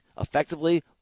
effectively